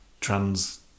trans